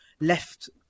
left